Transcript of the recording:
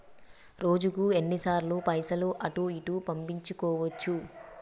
రోజుకు ఎన్ని సార్లు పైసలు అటూ ఇటూ పంపించుకోవచ్చు?